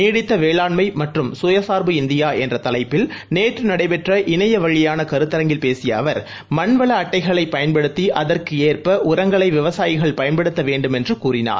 நீடித்த வேளாண்மை மற்றும் கயசார்பு இந்தியா என்ற தவைப்பில் நேற்று நடைபெற்ற இணையவழியான கருத்தரங்கில் பேசிய அவர் மன்வள அட்டைகளைப் பயன்படுத்தி அதற்கேற்ப உரங்களை விவசாயிகள் பயன்படுத்த வேண்டும் என்று கூறினார்